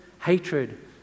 hatred